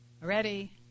Ready